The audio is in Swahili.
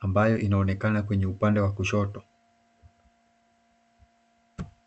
ambayo inaonekana kwenye upande wa kushoto.